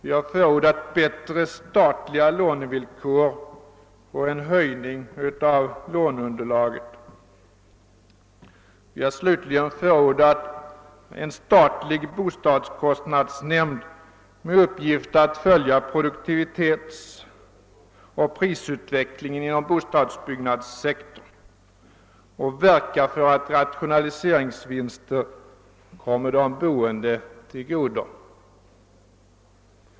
Vi har vidare förordat bättre statliga lånevillkor och en höjning av låneunderlaget. Slutligen har vi förordat tillsättande av en statlig bostadskostnadsnämnd med uppgift att följa produktivitetsoch prisutvecklingen inom bostadsbyggnadssektorn och att verka för att rationaliseringsvinster kommer de boende till godo.